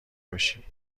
باشی